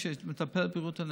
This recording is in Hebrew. שמטפל בבריאות הנפש.